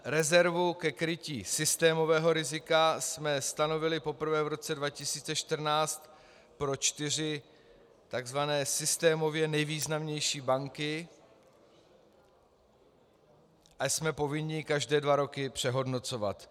Rezervu ke krytí systémového rizika jsme stanovili poprvé v roce 2014 pro čtyři tzv. systémově nejvýznamnější banky a jsme povinni ji každé dva roky přehodnocovat.